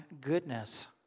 goodness